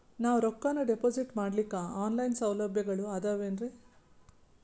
ನಾವು ರೊಕ್ಕನಾ ಡಿಪಾಜಿಟ್ ಮಾಡ್ಲಿಕ್ಕ ಆನ್ ಲೈನ್ ಸೌಲಭ್ಯಗಳು ಆದಾವೇನ್ರಿ?